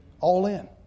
All-in